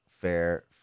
fair